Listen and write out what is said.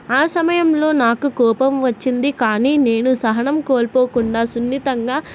ఆ సమయంలో నాకు కోపం వచ్చింది కానీ నేను సహనం కోల్పోకుండా సున్నితంగా